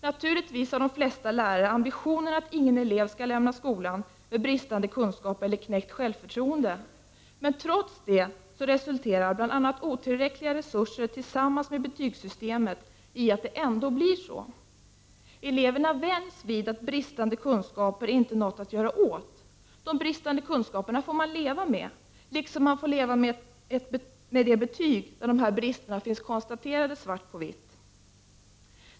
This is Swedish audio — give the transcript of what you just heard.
Naturligtvis har de flesta lärare ambitionen att ingen elev skall lämna skolan med bristande kunskaper eller knäckt självförtroende, men trots det resulterar bl.a. otillräckliga resurser tillsammans med betygssystemet i att det ändå blir så. Eleverna vänjs vid att bristande kunskaper inte är något att göra åt. Det bristande kunskaperna får man leva med, liksom man får leva med det betyg där dessa brister finns konstaterade svart på vitt.